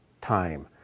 time